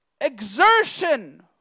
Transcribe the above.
exertion